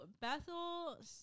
Bethel